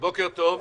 בוקר טוב.